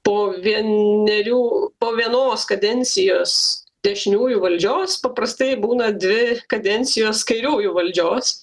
po vienerių po vienos kadencijos dešiniųjų valdžios paprastai būna dvi kadencijos kairiųjų valdžios